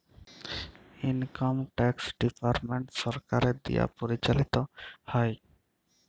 income tax department সরকারের দিয়া পরিচালিত হ্যয়